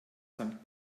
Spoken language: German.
sankt